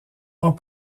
ont